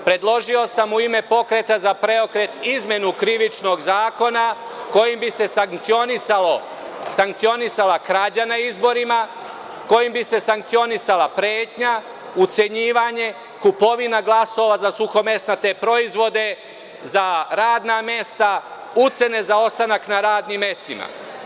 Predložio sam u ime Pokreta za PREOKRET izmenu Krivičnog zakona kojim bi se sankcionisala krađa na izborima, kojim bi se sankcionisala pretnja, ucenjivanje, kupovina glasova za suhomesnate proizvode, za radna mesta, ucene za ostanak na radnim mestima.